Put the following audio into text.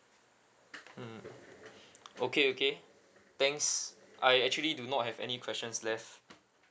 mm okay okay thanks I actually do not have any questions left